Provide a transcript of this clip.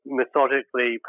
methodically